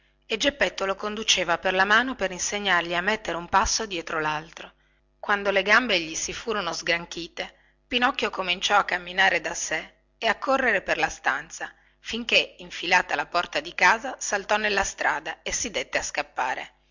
e geppetto lo conduceva per la mano per insegnargli a mettere un passo dietro laltro quando le gambe gli si furono sgranchite pinocchio cominciò a camminare da sé e a correre per la stanza finché infilata la porta di casa saltò nella strada e si dette a scappare